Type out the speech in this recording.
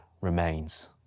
remains